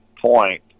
point